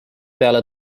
peale